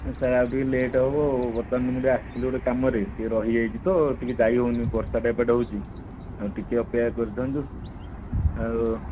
sir ଆଉ ଟିକିଏ late ହେବ ବର୍ତ୍ତମାନ ମୁଁ ଟିକିଏ ଆସିଥିଲି ଗୋଟେ କାମରେ ଟିକିଏ ରହିଯାଇଛି ତ ଟିକିଏ ଯାଇହେଉନି ବର୍ଷାଟା ଏପଟେ ହେଉଛି ହଁ ଟିକିଏ ଅପେକ୍ଷା କରିଥାଆନ୍ତୁ ଆଉ